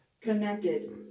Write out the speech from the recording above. Connected